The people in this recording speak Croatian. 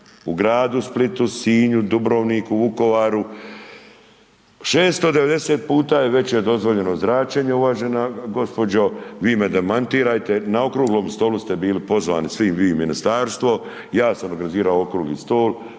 u gradu Splitu, Sinju, Dubrovniku, Vukovaru, 690 puta je veće dozvoljeno zračenje uvažena gospođo, vi me demantirajte, na okruglom stolu ste bili pozvani svi vi ministarstvo, ja sam organizirao okrugli stol,